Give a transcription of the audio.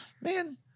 man